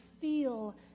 feel